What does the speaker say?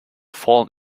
fallen